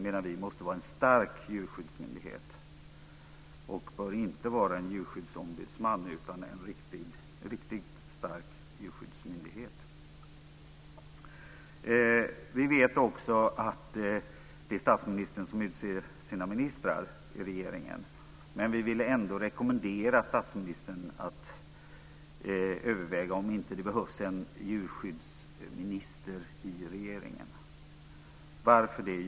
Den här måste vara en stark djurskyddsmyndighet, menar vi. Det bör inte vara fråga om en djurskyddsombudsman utan en riktigt stark djurskyddsmyndighet. Vi vet också att det är statsministern som utser sina ministrar i regeringen. Men vi vill ändå rekommendera statsministern att överväga om det inte behövs en djurskyddsminister i regeringen. Varför det?